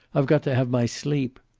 i've got to have my sleep.